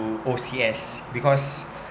O_C_S because